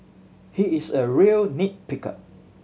he is a real nit picker